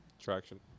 traction